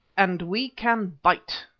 and we can bite,